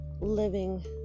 living